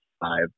five